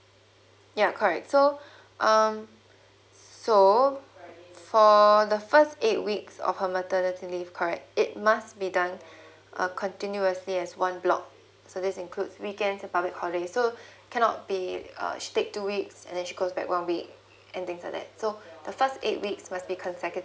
ya correct so um so for the first eight weeks of her maternity leave correct it must be done uh continuously as one block so this includes weekends and public holiday so cannot be err she takes two weeks and then she goes back one week and things like that so the first eight weeks must be consecutive